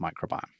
microbiome